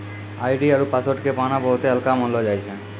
ID आरु password के पाना बहुते हल्का मानलौ जाय छै